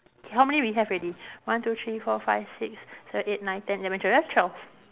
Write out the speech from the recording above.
K how many we have already one two three four five six seven eight nine ten eleven twelve we have twelve